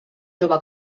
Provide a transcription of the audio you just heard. jove